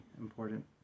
important